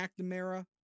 McNamara